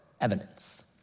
evidence